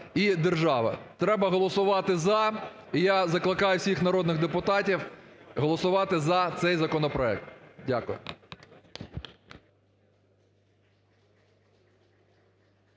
і держави. Треба голосувати за. І я закликаю всіх народних депутатів голосувати за цей законопроект. Дякую.